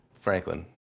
Franklin